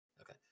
Okay